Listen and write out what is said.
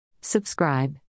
Subscribe